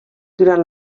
durant